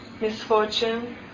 misfortune